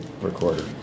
recorder